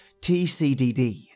tcdd